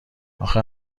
آخه